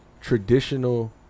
traditional